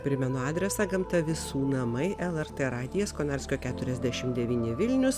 primenu adresą gamta visų namai lrt radijas konarskio keturiasdešim devyni vilnius